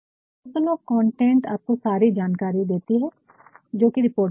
table of content आपको सारी जानकारी देती है जो की रिपोर्ट में है